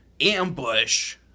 ambush